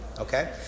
Okay